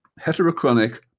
heterochronic